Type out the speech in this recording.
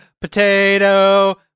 potato